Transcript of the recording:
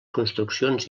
construccions